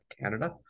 Canada